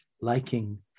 liking